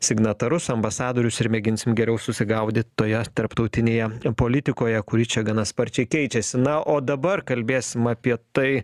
signatarus ambasadorius ir mėginsim geriau susigaudyt toje tarptautinėje politikoje kuri čia gana sparčiai keičiasi na o dabar kalbėsim apie tai